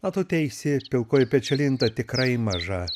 o tu teisi pilkoji pečialinda tikrai maža